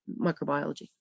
microbiology